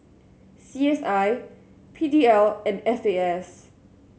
C S I P D L and F A S